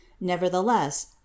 Nevertheless